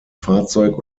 fahrzeug